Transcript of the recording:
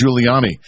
Giuliani